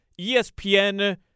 ESPN